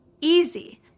easy